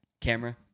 Camera